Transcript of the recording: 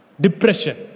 Depression